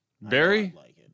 Barry